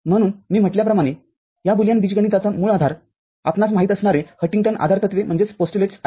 म्हणून मी म्हटल्याप्रमाणे ह्या बुलियन बीजगणिताचा मूळ आधार आपणास माहीत असणारे हंटिंग्टन आधारतत्वेस्वरूप आहेत